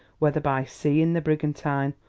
whether by sea in the brigantine,